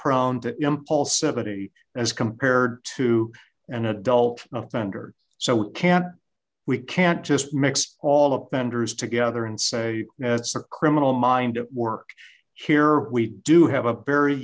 that all seventy as compared to an adult offender so we can't we can't just mixed all up vendors together and say that's a criminal mind at work here we do have a very